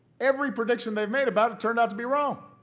every prediction they've made about it turned out to be wrong.